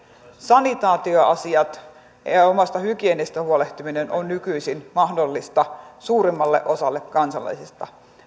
sanitaatioasiat ja ja omasta hygieniasta huolehtiminen ovat nykyisin mahdollisia suurimmalle osalle kansalaisista